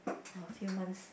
or a few months